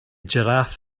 giraffe